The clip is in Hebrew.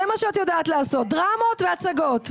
זה מה שאת יודעת לעשות, דרמות והצגות.